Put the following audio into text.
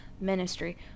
ministry